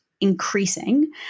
increasing